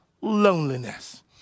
loneliness